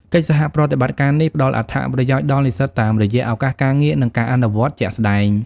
កិច្ចសហប្រតិបត្តិការនេះផ្តល់អត្ថប្រយោជន៍ដល់និស្សិតតាមរយៈ ឱកាសការងារ និងការអនុវត្តជាក់ស្តែង។